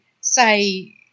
say